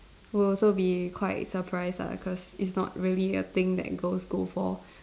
will also be quite surprised lah cause it's not really a thing that girls go for